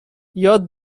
یاد